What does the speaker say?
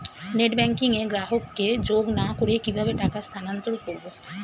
Net banking এ গ্রাহককে যোগ না করে কিভাবে টাকা স্থানান্তর করব?